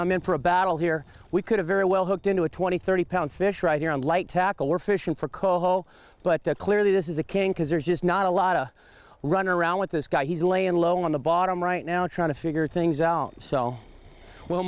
i'm in for a battle here we could have very well hooked into a twenty thirty pound fish right here on light tackle were fishing for coal but clearly this is a can because there's just not a lot of run around with this guy he's laying low on the bottom right now trying to figure things out so well